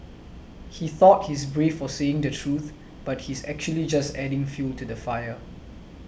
he thought he's brave for saying the truth but he's actually just adding fuel to the fire